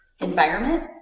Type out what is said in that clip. environment